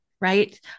right